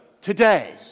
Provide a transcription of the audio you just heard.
today